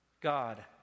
God